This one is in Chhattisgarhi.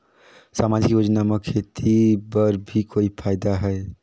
समाजिक योजना म खेती बर भी कोई फायदा है?